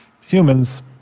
humans